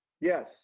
Yes